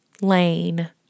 lane